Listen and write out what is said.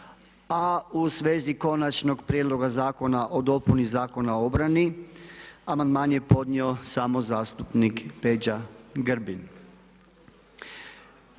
A u svezi Konačnog prijedloga zakona o dopuni Zakona o obrani amandman je podnio samo zastupnik Peđa Grbin.